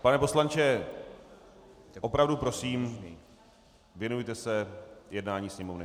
Pane poslanče, opravdu prosím, věnujte se jednání Sněmovny.